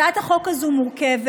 הצעת החוק הזאת מורכבת